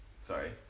sorry